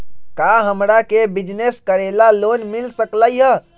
का हमरा के बिजनेस करेला लोन मिल सकलई ह?